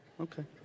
Okay